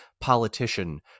politician